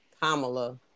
Kamala